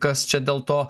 kas čia dėl to